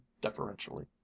deferentially